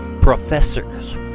professors